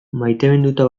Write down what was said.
maiteminduta